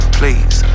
please